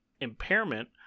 impairment